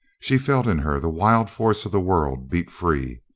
she felt in her the wild force of the world beat free.